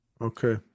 Okay